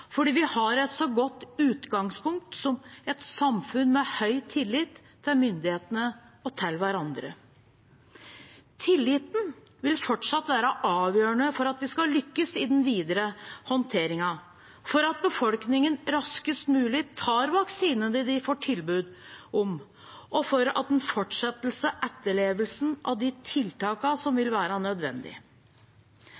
fordi vi har et godt utgangspunkt som et samfunn med høy tillit til myndighetene og til hverandre. Tilliten vil fortsatt være avgjørende for at vi skal lykkes i den videre håndteringen, for at befolkningen raskest mulig tar vaksinene de får tilbud om, og for at vi fortsetter etterlevelsen av de tiltakene som